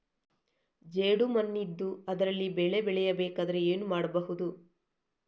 ಜೇಡು ಮಣ್ಣಿದ್ದು ಅದರಲ್ಲಿ ಬೆಳೆ ಬೆಳೆಯಬೇಕಾದರೆ ಏನು ಮಾಡ್ಬಹುದು?